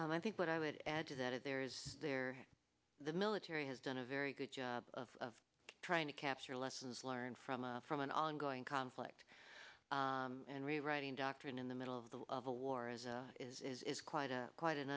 and i think what i would add to that is there is there the military has done a very good job of trying to capture lessons learned from from an ongoing conflict and rewriting doctrine in the middle of the of a war as is is quite a quite an